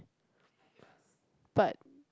but